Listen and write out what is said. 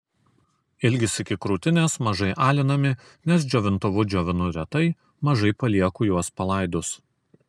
ilgis iki krūtinės mažai alinami nes džiovintuvu džiovinu retai mažai palieku juos palaidus